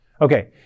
Okay